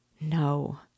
No